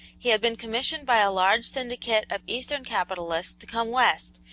he had been commissioned by a large syndicate of eastern capitalists to come west,